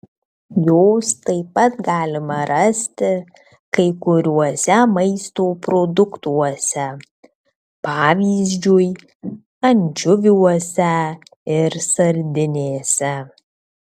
jos taip pat galima rasti kai kuriuose maisto produktuose pavyzdžiui ančiuviuose ir sardinėse